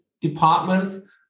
departments